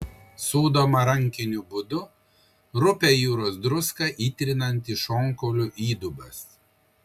sūdoma rankiniu būdu rupią jūros druską įtrinant į šonkaulių įdubas